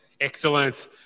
Excellent